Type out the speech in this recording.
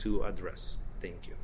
to address thank you